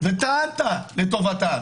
וטענת לטובתן